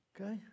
okay